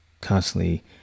Constantly